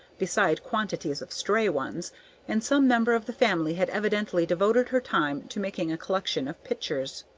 beside quantities of stray ones and some member of the family had evidently devoted her time to making a collection of pitchers.